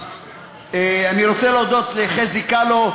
אני רוצה להודות לחזי כאלו,